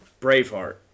Braveheart